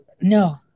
No